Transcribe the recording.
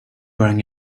wearing